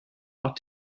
are